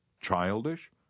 Childish